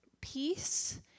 peace